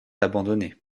abandonné